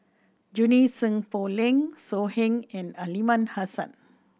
Junie Sng Poh Leng So Heng and Aliman Hassan